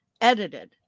edited